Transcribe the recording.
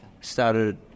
started